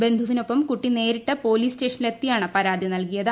ബന്ധുവിനൊപ്പം കുട്ടി നേരി ട്ട് പൊലീസ് സ്റ്റേഷനിലെത്തിയാണ് പരാതി നൽകിയത്